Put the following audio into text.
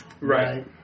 Right